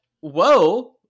whoa